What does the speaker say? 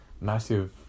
massive